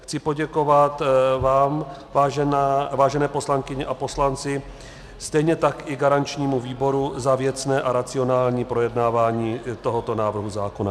Chci poděkovat vám, vážené poslankyně a poslanci, stejně tak i garančnímu výboru za věcné a racionální projednávání tohoto návrhu zákona.